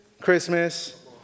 Christmas